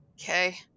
okay